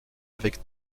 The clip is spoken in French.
avec